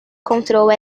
control